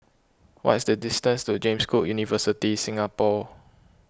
what is the distance to James Cook University Singapore